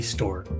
Store